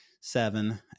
seven